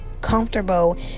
comfortable